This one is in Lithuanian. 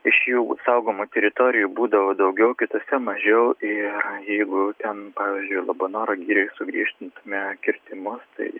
iš jų saugomų teritorijų būdavo daugiau kitose mažiau ir jeigu ten pavyzdžiui labanoro girioj sugriežtint kirtimus tai